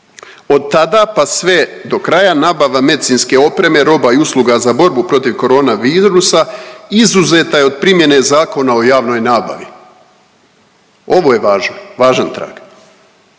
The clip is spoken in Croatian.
Od tada, pa sve do kraja nabava medicinske opreme, roba i usluga za borbu protiv koronavirusa izuzeta je od primjene Zakona o javnoj nabavi. Ovo je važno,